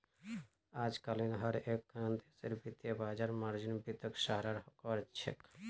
अजकालित हर एकखन देशेर वित्तीय बाजार मार्जिन वित्तक सराहा कर छेक